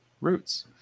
roots